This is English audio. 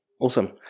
Awesome